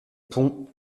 pont